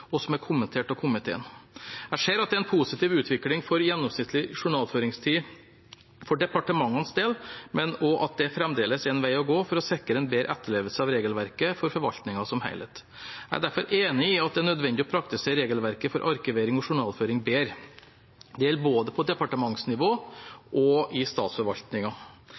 og er kommentert av komiteen. Jeg ser at det er en positiv utvikling for gjennomsnittlig journalføringstid for departementenes del, men også at det fremdeles er en vei å gå for å sikre en bedre etterlevelse av regelverket for forvaltningen som helhet. Jeg er derfor enig i at det er nødvendig å praktisere regelverket for arkivering og journalføring bedre. Det gjelder både på departementsnivå og i